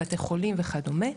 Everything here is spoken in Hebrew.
בתי חולים וכדומה.